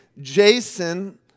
Jason